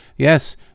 Yes